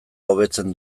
hobetzen